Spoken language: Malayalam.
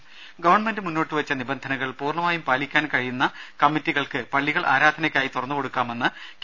രുദ ഗവൺമെന്റ് മുന്നോട്ട് വെച്ച നിബന്ധനകൾ പൂർണ്ണമായും പാലിക്കാൻ കഴിയുന്ന കമ്മിറ്റികൾക്ക് പള്ളികൾ ആരാധനയ്ക്കായി തുറന്നു കൊടുക്കാമെന്ന് കെ